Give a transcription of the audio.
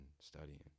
studying